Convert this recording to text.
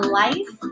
life